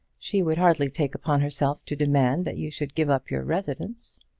she would hardly take upon herself to demand that you should give up your residence.